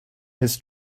his